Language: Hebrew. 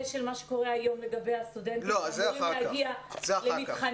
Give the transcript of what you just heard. של מה שקורה היום לגבי הסטודנטים שאמורים להגיע למבחנים.